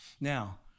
Now